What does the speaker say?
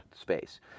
space